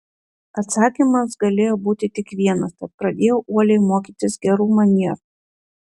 atsakymas galėjo būti tik vienas tad pradėjau uoliai mokytis gerų manierų